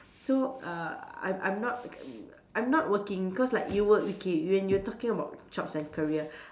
so uh I'm I'm not I'm not working because like you would okay when you are talking about jobs and career